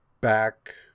back